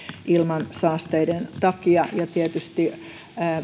ilmansaasteiden takia ja tietysti